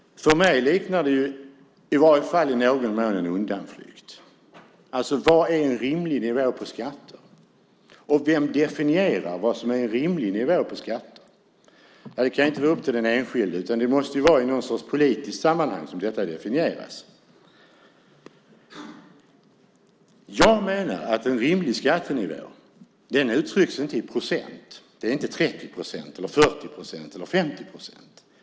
För mig liknar det i varje fall i någon mån en undanflykt. Vad är en rimlig nivå på skatter? Vem definierar vad som är en rimlig nivå på skatter? Det kan ju inte vara upp till den enskilde, utan det måste ju vara i någon sorts politiskt sammanhang som detta definieras. Jag menar att en rimlig skattenivå inte uttrycks i procent. Det är inte 30 procent, 40 procent eller 50 procent.